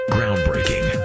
Groundbreaking